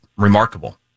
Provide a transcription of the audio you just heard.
Remarkable